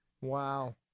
Wow